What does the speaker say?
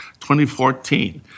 2014